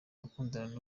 gukundana